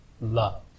Love